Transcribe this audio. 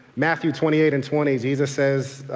matthew twenty eight and twenty jesus says,